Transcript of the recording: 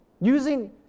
using